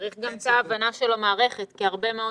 צריך גם את ההבנה של המערכת כי הרבה מאוד